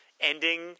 ending